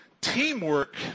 teamwork